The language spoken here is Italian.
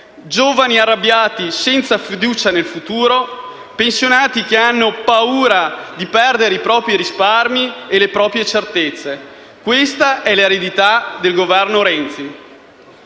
giovani arrabbiati senza fiducia nel futuro, pensionati che hanno paura di perdere i propri risparmi e le proprie certezze. Questa è l'eredità del Governo Renzi: